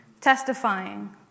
testifying